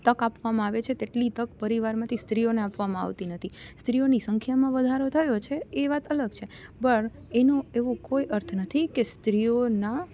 તક આપવામાં આવે છે તેટલી તક પરિવારમાંથી સ્ત્રીઓને આપવામાં આવતી નથી સ્ત્રીઓની સંખ્યામાં વધારો થયો છે એ વાત અલગ છે પણ એનું એવો કોઈ અર્થ નથી કે સ્ત્રીઓના